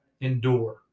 endure